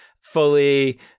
fully